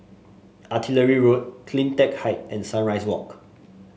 Artillery Road CleanTech Height and Sunrise Walk